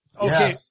Okay